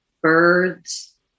birds